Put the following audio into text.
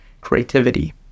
creativity